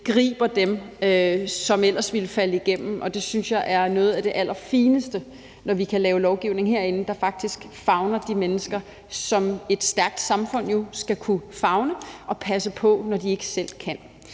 griber dem, som ellers ville falde igennem, og jeg synes, at det er noget af det allerfineste, når vi kan lave lovgivning herinde, der faktisk favner de mennesker, som et stærkt samfund jo skal kunne favne og passe på, når de ikke selv kan.